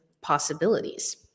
possibilities